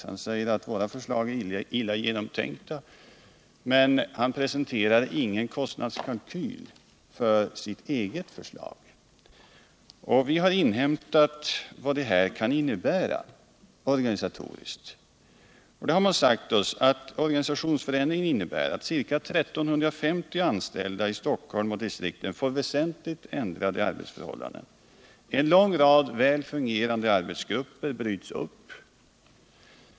Han säger att våra förslag är illa genomtänkta, men han presenterar ingen kostnadskalkyl för sitt eget förslag. Vi har nu inhämtat vad omorganisationen kan innebära, och man har sagt oss att organisationsförändringen medför att ca 1350 anställda i Stockholm och i distrikten får väsentligt ändrade arbetsförhållanden. En lång rad väl fungerande arbetsgrupper bryts upp.